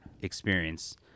experience